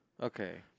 Okay